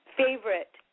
favorite